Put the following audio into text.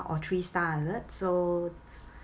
or three star is it so